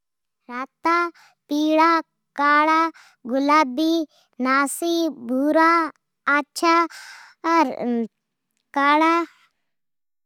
راتا ، پیڑا، کاڑا، ، گلابی، ناسی، بھورا ، آچھا، اکارا